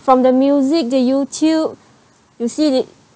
from the music the Youtube you see they